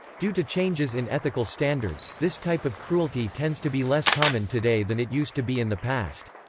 due to changes in ethical standards, this type of cruelty tends to be less common today than it used to be in the past.